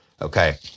Okay